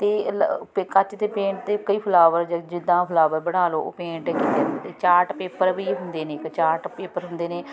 ਅਤੇ ਕੱਚ ਦੇ ਪੇਂਟ 'ਤੇ ਕਈ ਫਲਾਵਰ ਜਿੱਦਾਂ ਫਲਾਵਰ ਬਣਾ ਲਓ ਪੇਂਟ ਚਾਰਟ ਪੇਪਰ ਵੀ ਹੁੰਦੇ ਨੇ ਇੱਕ ਚਾਟ ਪੇਪਰ ਹੁੰਦੇ ਨੇ